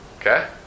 Okay